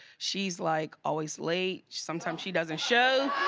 she's like, always late, sometimes she doesn't show,